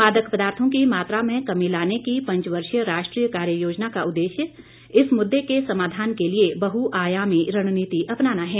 मादक पदार्थों की मात्रा में कमी लाने की पंचवर्षीय राष्ट्रीय कार्ययोजना का उद्देश्य इस मुद्दे के समाधान के लिए बहुआयामी रणनीति अपनाना है